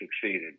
succeeded